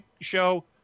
show